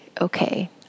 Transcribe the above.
okay